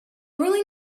really